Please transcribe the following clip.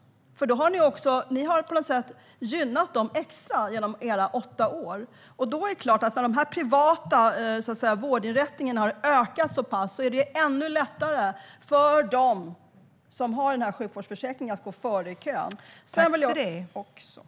Ni har på något sätt gynnat dem extra under era åtta år. Det är klart att när dessa privata vårdinrättningar har ökat så pass mycket är det ännu lättare för dem som har sjukvårdsförsäkring att gå före i kön.